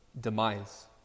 demise